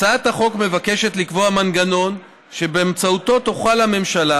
הצעת החוק מבקשת לקבוע מנגנון שבאמצעותו תוכל הממשלה,